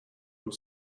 your